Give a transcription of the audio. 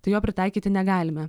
tai jo pritaikyti negalime